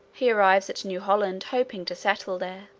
he arrives at new holland, hoping to settle there.